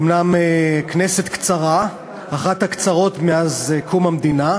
אומנם כנסת קצרה, אחת הקצרות מאז קום המדינה,